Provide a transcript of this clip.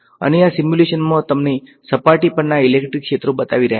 અને આ સિમ્યુલેશન તમને સપાટી પરના ઇલેક્ટ્રિક ક્ષેત્રો બતાવી રહ્યું છે